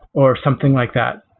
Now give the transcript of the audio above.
or something like that.